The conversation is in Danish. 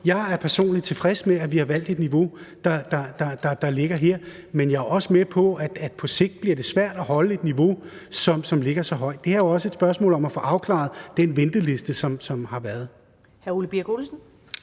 Jeg er personligt tilfreds med, at vi har valgt et niveau som det, der ligger her. Men jeg er også med på, at på sigt bliver det svært at holde et niveau, som ligger så højt. Det her er jo også et spørgsmål om at få afklaret den venteliste, som har været.